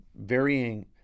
varying